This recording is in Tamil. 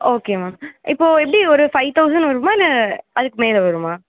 ஓகே மேம் இப்போது எப்படி ஒரு ஃபை தௌசண்ட் வருமா இல்லை அதுக்கு மேலே வருமா